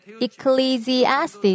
Ecclesiastes